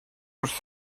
wrtho